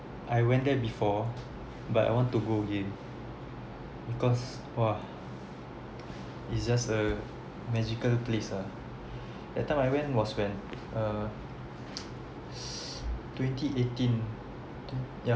I went there before but I want to go again because !wah! it's just a magical place lah that time I went was when uh twenty eighteen think ya